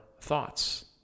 thoughts